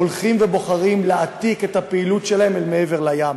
הולכים ובוחרים להעתיק את הפעילות שלהם אל מעבר לים.